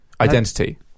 Identity